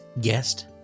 guest